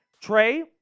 Trey